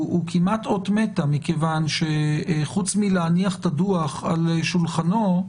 הוא כמעט אות מתה מכיוון שחוץ מלהניח את הדוח על שולחנו,